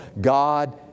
God